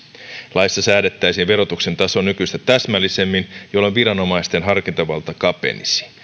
laissa säädettäisiin verotuksen taso nykyistä täsmällisemmin jolloin viranomaisten harkintavalta kapenisi